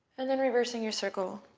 and then reversing your circle.